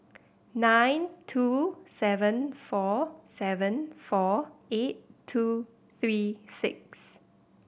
nine two seven four seven four eight two three six